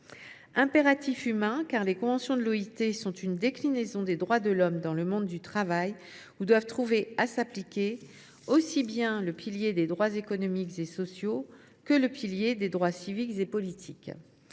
d’autre part, car les conventions de l’OIT sont une déclinaison des droits de l’homme dans le monde du travail, où doivent trouver à s’appliquer aussi bien le pilier des droits économiques et sociaux que le pilier des droits civiques et politiques.